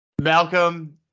malcolm